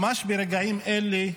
ממש ברגעים אלה,